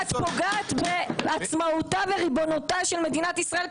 את פוגעת בעצמאותה ובריבונותה של מדינת ישראל,